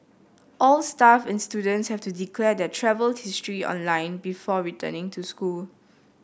all staff and students have to declare their travel history online before returning to school